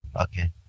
Okay